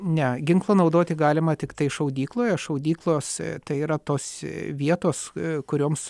ne ginklą naudoti galima tiktai šaudykloje šaudyklos tai yra tos vietos kurioms